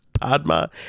Padma